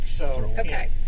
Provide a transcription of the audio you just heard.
Okay